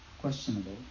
questionable